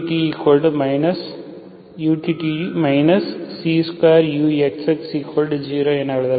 utt c2uxx0என எழுதலாம்